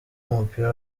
w’umupira